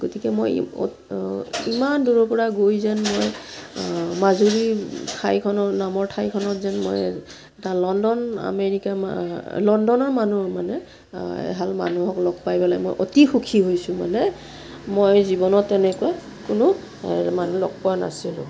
গতিকে মই ইমান দূৰৰ পৰা গৈ যেন মই মাজুলী ঠাইখনৰ নামৰ ঠাইখনত যেন মই এটা লণ্ডন আমেৰিকা লণ্ডনৰ মানুহ মানে এহাল মানুহক লগ পাই পেলাই মই অতি সুখী হৈছোঁ মানে মই জীৱনত তেনেকুৱা কোনো মানুহ লগ পোৱা নাছিলোঁ